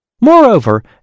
Moreover